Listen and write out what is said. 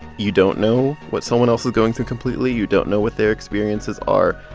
you don't know what someone else is going through completely. you don't know what their experiences are,